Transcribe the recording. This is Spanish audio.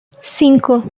cinco